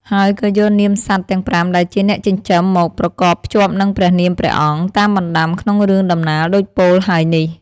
ហើយក៏យកនាមសត្វទាំង ៥ ដែលជាអ្នកចិញ្ចឹម មកប្រកបភ្ជាប់នឹងព្រះនាមព្រះអង្គ តាមបណ្ដាំក្នុងរឿងដំណាលដូចពោលហើយនេះ។